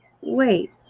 wait